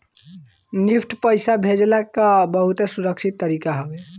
NEFT पईसा भेजला कअ बहुते सुरक्षित तरीका हवे